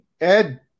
Ed